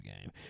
game